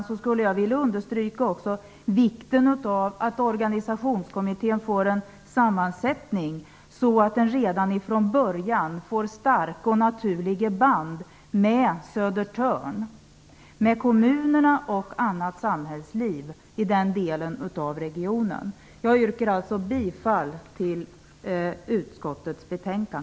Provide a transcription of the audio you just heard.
Jag vill avslutningsvis understryka vikten av att organisationskommittén får en sådan sammansättning att den redan från början får starka och naturliga band med Södertörn, med kommunerna och med annat samhällsliv i den delen av regionen. Jag yrkar alltså bifall till utskottets hemställan.